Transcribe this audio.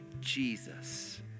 Jesus